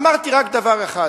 אמרתי רק דבר אחד: